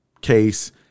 case